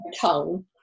tongue